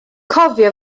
cofio